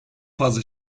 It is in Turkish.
fazla